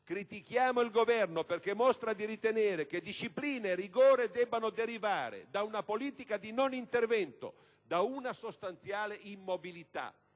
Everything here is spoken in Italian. critichiamo il Governo perché mostra di ritenere che disciplina e rigore debbano derivare da una politica di non intervento, da una sostanziale immobilità.